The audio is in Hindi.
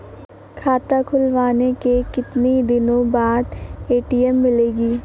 खाता खुलवाने के कितनी दिनो बाद ए.टी.एम मिलेगा?